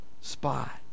spot